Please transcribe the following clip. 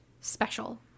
special